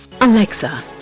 Alexa